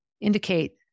indicate